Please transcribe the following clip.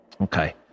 Okay